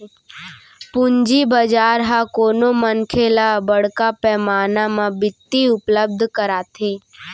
पूंजी बजार ह कोनो मनखे ल बड़का पैमाना म बित्त उपलब्ध कराथे